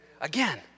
Again